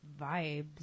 vibes